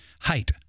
height